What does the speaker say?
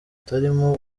butarimo